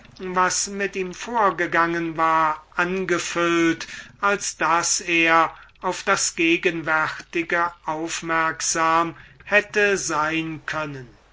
was mit ihm vorgegangen war eingenommen als daß er auf das gegenwärtige aufmerksam sein konnte